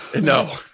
No